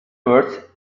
words